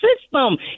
system